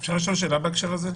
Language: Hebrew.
אפשר לשאול שאלה בקשר הזה?